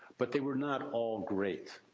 but they were not all great.